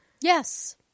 Yes